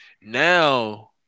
Now